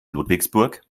ludwigsburg